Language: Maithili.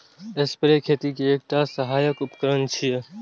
स्प्रेयर खेती के एकटा सहायक उपकरण छियै